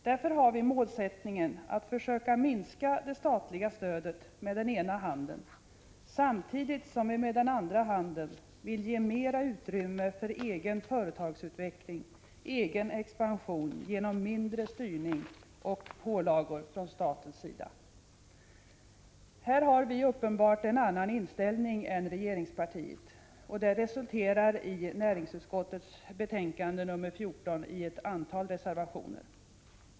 Därför har vi målsättningen att försöka minska det statliga stödet med ena handen, samtidigt som vi med den andra handen vill ge mer utrymme för egen företagsutveckling och egen expansion genom mindre styrning och färre pålagor från statens sida. Här har vi uppenbarligen en annan inställning än regeringspartiet, och det resulterar, i näringsutskottets betänkande 14, i ett antal reservationer.